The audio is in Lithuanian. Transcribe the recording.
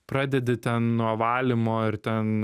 pradedi ten nuo valymo ir ten